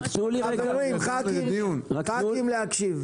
חברים ח"כים, להקשיב.